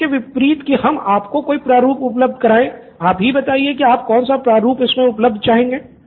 तो इसके विपरीत की हम आपको कोई प्रारूप उपलब्ध कराए आप ही बताए की आप कौन सा प्रारूप इसमे उपलब्ध चाहेंगे